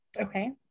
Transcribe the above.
Okay